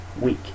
week